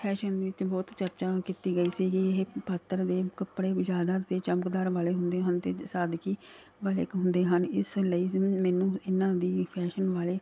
fashion ਵਿੱਚ ਬਹੁਤ ਚਰਚਾ ਕੀਤੀ ਗਈ ਸੀਗੀ ਇਹ ਪਾਤਰ ਦੇ ਕੱਪੜੇ ਜ਼ਿਆਦਾ ਅਤੇ ਚਮਕਦਾਰ ਵਾਲੇ ਹੁੰਦੇ ਹਨ ਅਤੇ ਸਾਦਗੀ ਵਾਲੇ ਇੱਕ ਹੁੰਦੇ ਹਨ ਇਸ ਲਈ ਮੈਨੂੰ ਇਹਨਾਂ ਦੀ ਫੈਸ਼ਨ ਵਾਲੇ